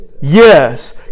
Yes